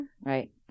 Right